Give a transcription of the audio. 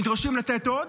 נדרשים לתת עוד?